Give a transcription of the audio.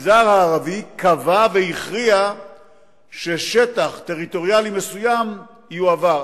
המגזר הערבי קבע והכריע ששטח טריטוריאלי מסוים יועבר.